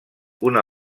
una